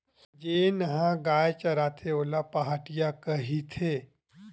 जेन ह गाय चराथे ओला पहाटिया कहिथे